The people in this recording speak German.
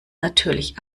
natürlich